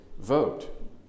vote